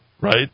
right